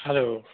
hello